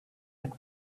had